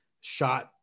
shot